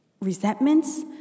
resentments